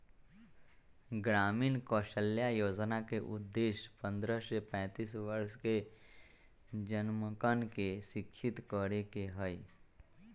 ग्रामीण कौशल्या योजना के उद्देश्य पन्द्रह से पैंतीस वर्ष के जमनकन के शिक्षित करे के हई